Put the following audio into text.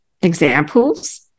examples